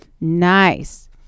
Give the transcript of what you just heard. Nice